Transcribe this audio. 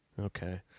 Okay